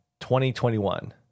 2021